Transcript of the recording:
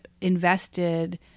invested